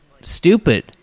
stupid